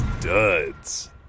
duds